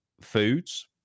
foods